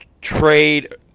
trade